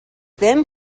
then